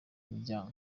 imiryango